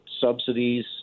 subsidies